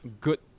good